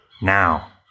now